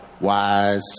wise